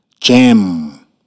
jam